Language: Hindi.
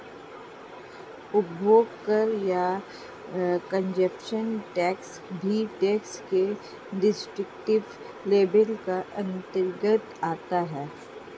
उपभोग कर या कंजप्शन टैक्स भी टैक्स के डिस्क्रिप्टिव लेबल के अंतर्गत आता है